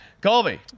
Colby